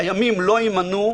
שהימים לא יימנו,